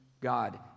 God